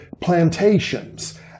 plantations